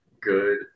good